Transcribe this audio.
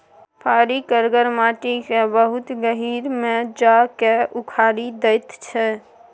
फारी करगर माटि केँ बहुत गहींर मे जा कए उखारि दैत छै